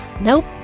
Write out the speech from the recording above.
Nope